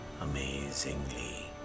amazingly